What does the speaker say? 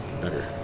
better